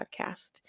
podcast